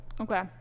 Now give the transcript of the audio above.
okay